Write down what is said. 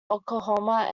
oklahoma